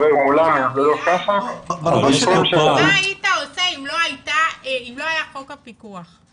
מה אתה היית עושה אם לא היה חוק הפיקוח?